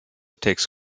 takes